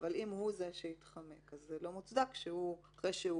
אבל אם הוא זה שהתחמק אז זה לא מוצדק שאחרי שהוא